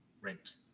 rent